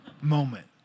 moment